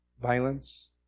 violence